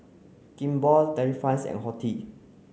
Kimball Delifrance and Horti